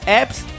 apps